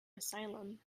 asylum